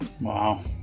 wow